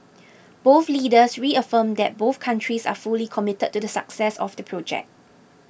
both leaders reaffirmed that both countries are fully committed to the success of the project